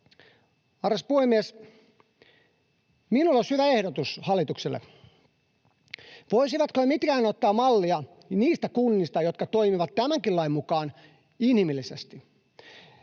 Arvoisa puhemies! Minulla olisi hyvä ehdotus hallitukselle. Voisivatko he mitenkään ottaa mallia niistä kunnista, jotka toimivat tämänkin lain mukaan inhimillisesti?